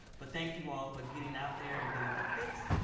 but thank you all for getting out there and getting that fixed.